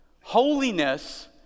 Holiness